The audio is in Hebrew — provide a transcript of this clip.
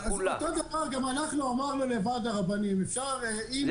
אז אותו דבר גם אנחנו אמרנו לוועד הרבנים אם